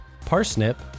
parsnip